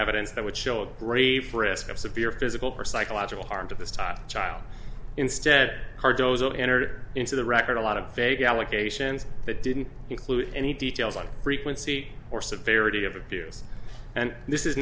evidence that would show a grave risk of severe physical or psychological harm to this child child instead cardozo enter into the record a lot of vague allegations that didn't include any details on frequency or severity of abuse and this is